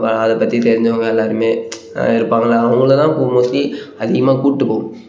அதை பற்றி தெரிஞ்சவங்க எல்லோருமே இருப்பாங்கள்ல அவங்கள தான் மோஸ்ட்லி அதிகமாக கூப்பிட்டுப்போம்